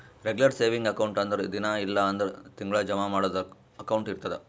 regular savings account ಅಂದುರ್ ದಿನಾ ಇಲ್ಲ್ ಅಂದುರ್ ತಿಂಗಳಾ ಜಮಾ ಮಾಡದು ಅಕೌಂಟ್ ಇರ್ತುದ್